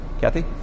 Kathy